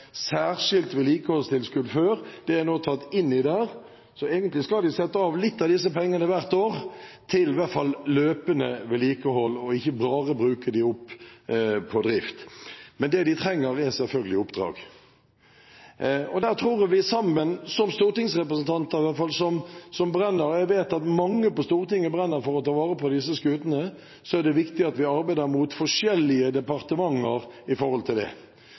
særskilt vedlikeholdstilskudd før, nå er tatt inn i det, så egentlig skal de sette av litt av disse pengene hvert år til i hvert fall løpende vedlikehold og ikke bare bruke dem opp på drift. Men det de trenger, er selvfølgelig oppdrag. Det er viktig at vi sammen, som stortingsrepresentanter – jeg vet at mange på Stortinget brenner for å ta vare på disse skutene – arbeider mot forskjellige departementer når det gjelder det. Kulturdepartementet har gjort et løft som er bra, og på en måte gått foran og vist ansvar. Men her kan det